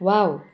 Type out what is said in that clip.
wow